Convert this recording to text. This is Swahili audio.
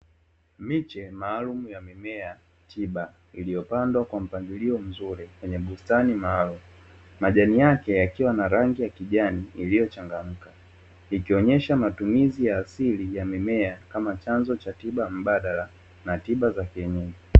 Miche maalumu ya mimea na tiba iliyopandwa kwa mpangilio mzuri kwenye bustani maalumu, majani yake yakiwa na rangi ya kijani iliyochanganya ikionyesha matumizi ya asili ya mimea kama chanzo cha tiba mbadala na tiba za kienyeji.